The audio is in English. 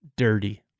dirty